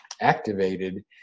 activated